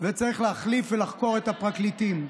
וצריך להחליף ולחקור את הפרקליטים.